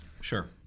sure